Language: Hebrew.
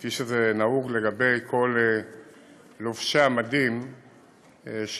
כפי שזה נהוג לגבי כל לובשי המדים שמשרתים.